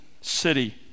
city